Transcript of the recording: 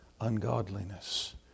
ungodliness